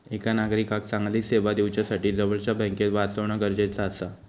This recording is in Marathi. एका नागरिकाक चांगली सेवा दिवच्यासाठी जवळच्या बँकेक वाचवणा गरजेचा आसा